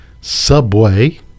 Subway